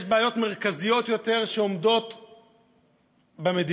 יש בעיות מרכזיות יותר שעומדות במדינה,